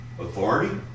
authority